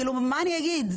מה אני אגיד?